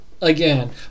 again